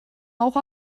auch